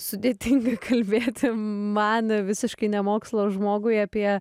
sudėtinga kalbėti man visiškai ne mokslo žmogui apie